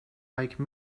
like